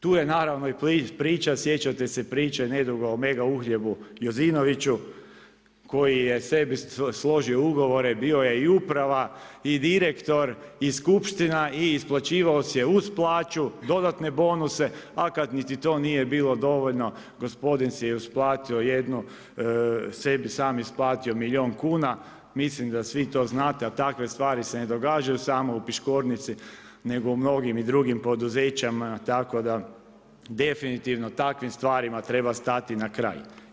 Tu je naravno i priča, sjećate se priče nedavno o mega uhljebu Jozinoviću koji je sebi složio ugovore, bio je i uprava i direktor i skupština i isplaćivao si je uz plaću dodatne bonuse a kada niti to nije bilo dovoljno gospodin si je isplatio jednu, sebi sam isplatio milijun kuna, mislim da svi to znate a takve stvari se ne događaju samo u Piškornici nego u mnogim i drugim poduzećima tako da definitivno takvim stvarima treba stati na kraj.